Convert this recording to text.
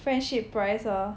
friendship price lor